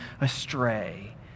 astray